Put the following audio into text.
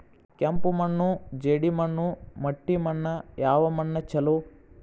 ಕೆಂಪು ಮಣ್ಣು, ಜೇಡಿ ಮಣ್ಣು, ಮಟ್ಟಿ ಮಣ್ಣ ಯಾವ ಮಣ್ಣ ಛಲೋ?